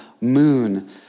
moon